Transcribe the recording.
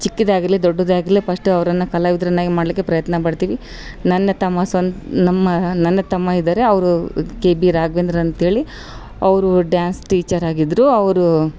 ಚಿಕ್ಕದಾಗಿರಲಿ ದೊಡ್ಡದಾಗಿರಲಿ ಪಸ್ಟ್ ಅವ್ರನ್ನು ಕಲಾವಿದರನ್ನಾಗಿ ಮಾಡಲಿಕ್ಕೆ ಪ್ರಯತ್ನ ಪಡ್ತೀವಿ ನನ್ನ ತಮ್ಮ ಸ್ವಂತ ನಮ್ಮ ನನ್ನ ತಮ್ಮ ಇದಾರೆ ಅವರು ಕೆ ಬಿ ರಾಘವೇಂದ್ರ ಅಂತೇಳಿ ಅವರು ಡ್ಯಾನ್ಸ್ ಟೀಚರಾಗಿದ್ರು ಅವರು